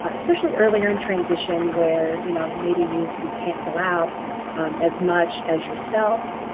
especially earlier in transition where you know maybe you you can't go out as much as yourself.